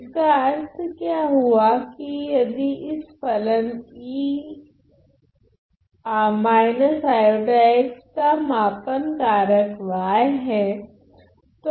इसका अर्थ क्या हुआ कि यदि इस फलन e ix का मापन कारक y हैं